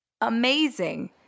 Amazing